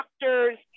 doctors